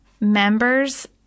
members